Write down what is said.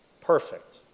perfect